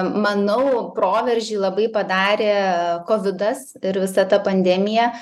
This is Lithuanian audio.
manau proveržį labai padarė kovidas ir visa ta pandemija